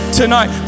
tonight